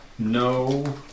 No